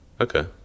Okay